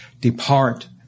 depart